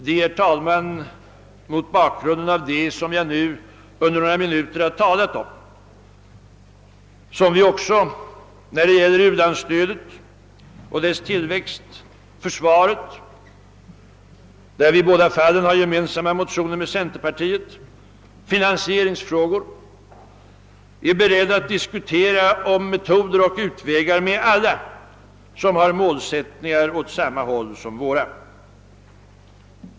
Det är därför som vi, när det gäller u-landsstödets tillväxt, försvaret — i båda dessa frågor har vi och centerpartiet gemensamma motioner — och finansieringsfrågor är beredda att diskutera om metoder och utvägar med alla som har målsättningar som ligger åt samma håll som våra.